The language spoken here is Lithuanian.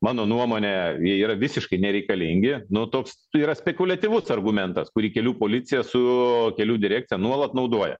mano nuomone jie yra visiškai nereikalingi nu toks yra spekuliatyvus argumentas kurį kelių policija su kelių direkcija nuolat naudoja